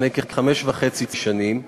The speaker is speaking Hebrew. לפני כחמש שנים וחצי,